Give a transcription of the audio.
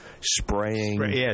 spraying